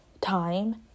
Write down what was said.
time